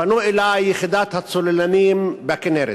פנו אלי מיחידת הצוללנים בכינרת.